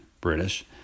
British